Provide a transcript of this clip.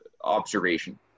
observation